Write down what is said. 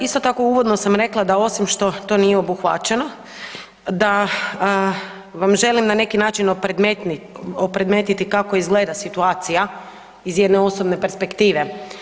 Isto tako uvodno sam rekla da osim što to nije obuhvaćeno da vam želim na neki način opredmetiti kako izgleda situacija iz jedne osobne perspektive.